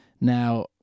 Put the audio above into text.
Now